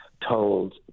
told